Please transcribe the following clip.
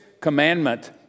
commandment